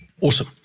Awesome